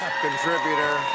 contributor